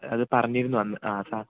അത് പറഞ്ഞിരുന്നു അന്ന് ആ സാറ്